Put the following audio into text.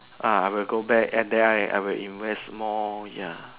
I will go back and then I will invest more ya